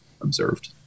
observed